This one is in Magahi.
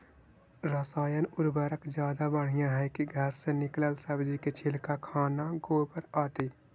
रासायन उर्वरक ज्यादा बढ़िया हैं कि घर से निकलल सब्जी के छिलका, खाना, गोबर, आदि?